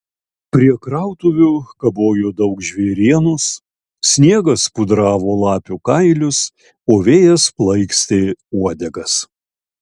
prie krautuvių kabojo daug žvėrienos sniegas pudravo lapių kailius o vėjas plaikstė uodegas